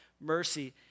mercy